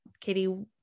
Katie